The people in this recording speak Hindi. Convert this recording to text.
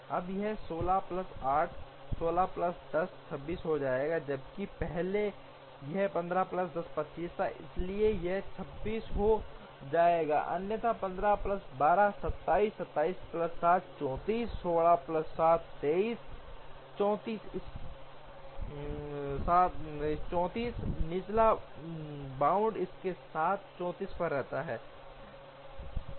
अब यह 16 प्लस 8 16 प्लस 10 26 हो जाएगा जबकि पहले यह 15 प्लस 10 25 था इसलिए यह 26 हो जाएगा अन्यथा 15 प्लस 12 27 27 प्लस 7 34 16 प्लस 7 23 34 इसलिए निचला बाउंड इसके साथ 34 पर रहता है